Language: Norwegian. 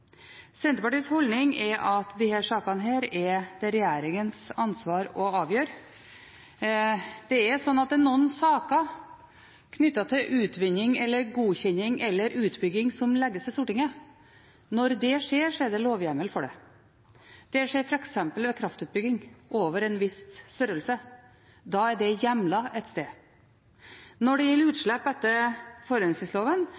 Senterpartiets holdning er at disse sakene er det regjeringens ansvar å avgjøre. Det er slik at når noen saker knyttet til utvinning, godkjenning eller utbygging legges til Stortinget, er det lovhjemmel for det. Det skjer f.eks. ved kraftutbygging over en viss størrelse – da er det hjemlet et sted. Når det gjelder utslipp etter